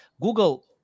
Google